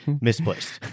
misplaced